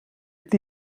het